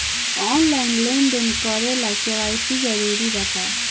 Online लेन देन करे ला के.वाइ.सी जरूरी बा का?